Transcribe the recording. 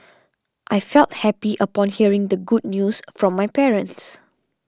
I felt happy upon hearing the good news from my parents